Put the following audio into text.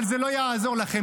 אבל זה לא יעזור לכם.